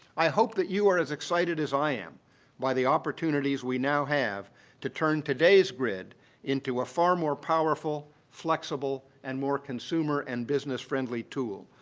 i hope that you are as excited as i am by the opportunities we now have to turn today's grid into a far more powerful, flexible and more consumer and business-friendly tool.